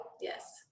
yes